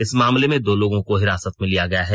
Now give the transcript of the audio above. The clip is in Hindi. इस मामले में दो लोगों को हिरासत में लिया गया है